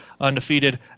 undefeated